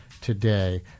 Today